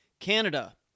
canada